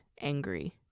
angry